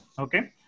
Okay